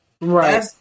right